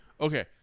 Okay